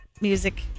music